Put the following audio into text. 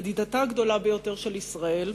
ידידתה הגדולה ביותר של ישראל,